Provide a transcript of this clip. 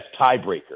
tiebreaker